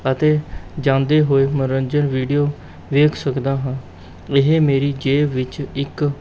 ਅਤੇ ਜਾਂਦੇ ਹੋਏ ਮੰਨੋਰੰਜਨ ਵੀਡਿਓ ਵੇਖ ਸਕਦਾ ਹਾਂ ਇਹ ਮੇਰੀ ਜੇਬ ਵਿੱਚ ਇੱਕ